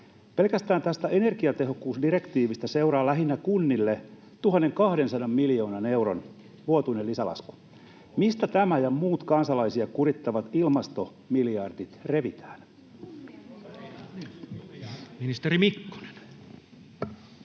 Pelkästään tästä energiatehokkuusdirektiivistä seuraa lähinnä kunnille 1 200 miljoonan euron vuotuinen lisälasku. Mistä tämä ja muut kansalaisia kurittavat ilmastomiljardit revitään? Ministeri Mikkonen.